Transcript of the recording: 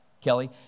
Kelly